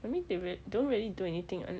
I mean they rea~ don't really do anything [what]